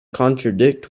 contradict